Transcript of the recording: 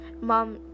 Mom